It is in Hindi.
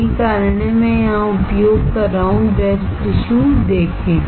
यही कारण है कि मैं यहाँ उपयोग कर रहा हूँ ब्रेस्ट टिशू देखें